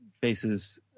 faces